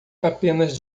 apenas